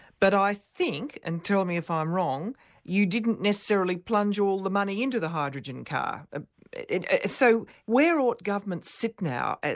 but i think and tell me if ah i'm wrong you didn't necessarily plunge all the money in to the hydrogen car. ah so where ought governments sit now, and